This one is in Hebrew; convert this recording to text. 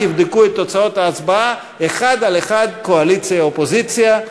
תבדקו את תוצאות ההצבעה: אחד על אחד קואליציה אופוזיציה.